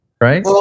right